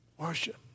Worship